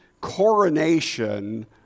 coronation